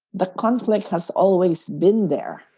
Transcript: that conflict has always been there